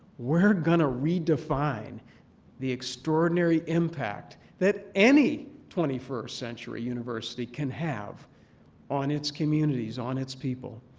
we're going to redefine the extraordinary impact that any twenty first century university can have on its communities, on its people.